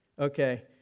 Okay